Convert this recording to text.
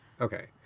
Okay